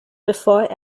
bevor